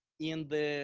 in the